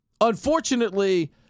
Unfortunately